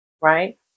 right